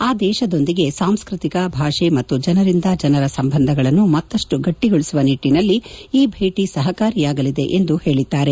ಆ ದೇಶದೊಂದಿಗೆ ಸಾಂಸ್ಟತಿಕ ಭಾಷೆ ಮತ್ತು ಜನರಿಂದ ಜನರ ಸಂಬಂಧಗಳನ್ನು ಮತ್ತಷ್ಟು ಗಟ್ಟಿಗೊಳಿಸುವ ನಿಟ್ಟಿನಲ್ಲಿ ಈ ಭೇಟಿ ಸಹಕಾರಿಯಾಗಲಿದೆ ಎಂದು ಹೇಳಿದ್ದಾರೆ